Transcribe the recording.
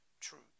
truth